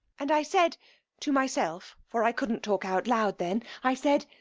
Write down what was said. and i said to myself for i couldn't talk out loud then i said,